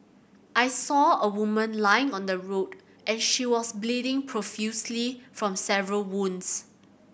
I saw a woman lying on the road and she was bleeding profusely from several wounds